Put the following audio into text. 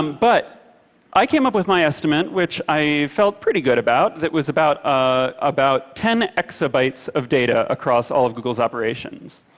um but i came up with my estimate, which i felt pretty good about, that was about ah about ten exabytes of data across all of google's operations,